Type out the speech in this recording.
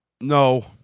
No